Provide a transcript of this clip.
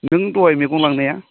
नों दहाय मैगं लांनाया